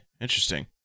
interesting